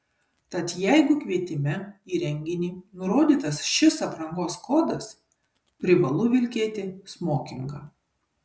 tad jeigu kvietime į renginį nurodytas šis aprangos kodas privalu vilkėti smokingą